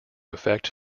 affect